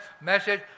message